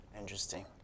Interesting